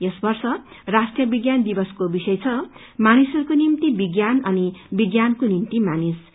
यस वर्ष राष्ट्रीय विज्ञान दिवसको विषय छ मानिसहरूको निम्ति विज्ञान अनि विज्ञानको निम्ति मानिस